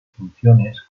funciones